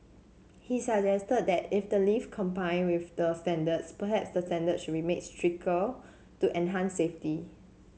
he suggested that if the lift complied with the standards perhaps the standards should be made stricter to enhance safety